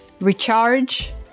recharge